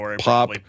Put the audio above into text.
pop